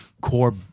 core